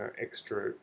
extra